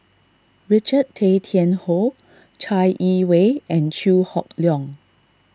Richard Tay Tian Hoe Chai Yee Wei and Chew Hock Leong